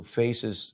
faces